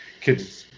kids